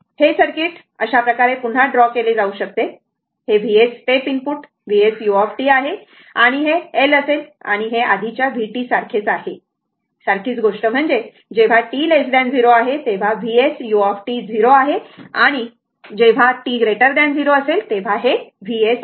तर हे सर्किट अशा प्रकारे पुन्हा ड्रॉ केले जाऊ शकते हे Vs step input Vs u आहे आणि हे L असेल आणि हे आधीच्या vt सारखेच आहे सारखीच गोष्ट म्हणजे जेव्हा t 0 आहे तेव्हा Vs u 0 आहे आणि ते जेव्हा t 0 असेल तेव्हा Vs आहे